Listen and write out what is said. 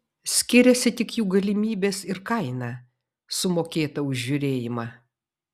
skiriasi tik jų galimybės ir kaina sumokėta už žiūrėjimą